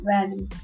Value